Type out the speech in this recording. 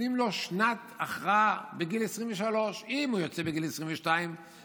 נותנים לו שנת הכרעה בגיל 23. אם הוא יוצא בגיל 22 לשנה,